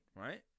right